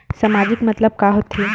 सामाजिक मतलब का होथे?